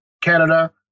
Canada